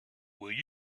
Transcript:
will